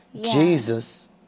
Jesus